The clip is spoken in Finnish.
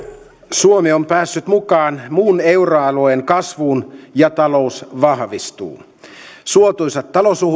suomi on päässyt mukaan muun euroalueen kasvuun ja talous vahvistuu suotuisat